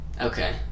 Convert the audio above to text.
Okay